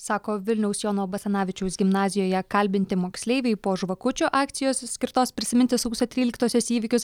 sako vilniaus jono basanavičiaus gimnazijoje kalbinti moksleiviai po žvakučių akcijos skirtos prisiminti sausio tryliktosios įvykius